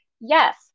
yes